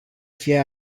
fie